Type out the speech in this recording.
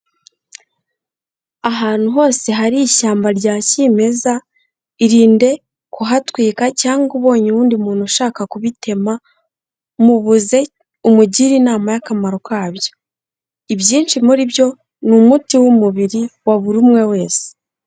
Ahantu hose hari ishyamba rya kimeza irinde kuhatwika cyangwa ubonye uw'undi muntu ushaka kubitema mubuze, umugire inama y'akamaro kabyo, ibyinshi muri byo ni umuti w'umubiri wa buri umwe wese.